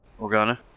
Organa